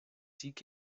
ziek